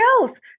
else